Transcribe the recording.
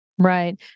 Right